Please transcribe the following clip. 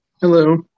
Hello